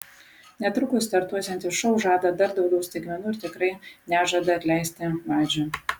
netrukus startuosiantis šou žada dar daugiau staigmenų ir tikrai nežada atleisti vadžių